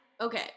Okay